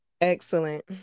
excellent